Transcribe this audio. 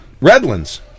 Redlands